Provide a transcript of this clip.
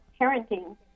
parenting